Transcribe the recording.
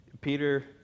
Peter